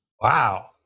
Wow